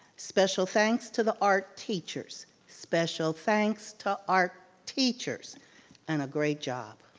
special thanks to the art teachers. special thanks to art teachers and a great job.